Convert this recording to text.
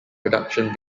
production